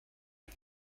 und